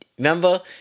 remember